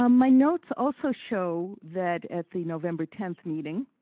um my notes also show that at the november tenth meeting